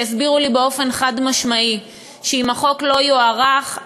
שהסבירו לי באופן חד-משמעי שאם החוק לא יוארך,